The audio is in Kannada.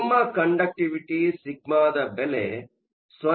ನಿಮ್ಮ ಕಂಡಕ್ಟಿವಿಟಿ ಸಿಗ್ಮಾದ ಬೆಲೆ 0